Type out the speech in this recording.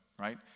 right